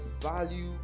value